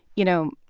you know,